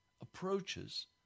approaches